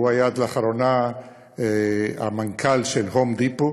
הוא היה עד לאחרונה המנכ"ל של "הום דיפו",